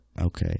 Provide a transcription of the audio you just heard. Okay